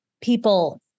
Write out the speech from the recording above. people